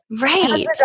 right